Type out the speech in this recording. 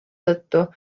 tõttu